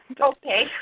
Okay